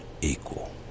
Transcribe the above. equal